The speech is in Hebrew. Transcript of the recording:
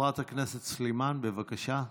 חברת הכנסת סלימאן, בבקשה.